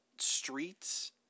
streets